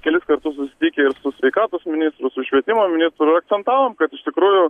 kelis kartus susitikę ir su sveikatos ministru su švietimo ministru ir akcentavom kad iš tikrųjų